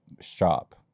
shop